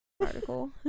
article